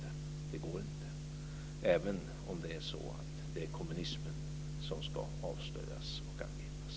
Det går inte, även om det är kommunismen som ska avslöjas och angripas.